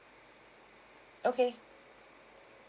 okay